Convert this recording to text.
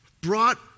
brought